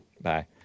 Bye